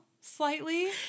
slightly